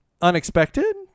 unexpected